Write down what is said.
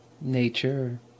nature